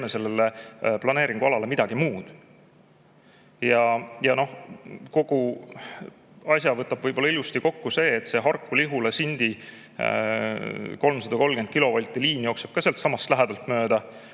sellele planeeringualale midagi muud. Ja kogu asja võtab ehk ilusti kokku see, et Harku-Lihula-Sindi 330‑kilovoldine liin jookseb ka sealtsamast lähedalt mööda.